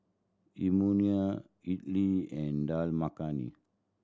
Imoni Idili and Dal Makhani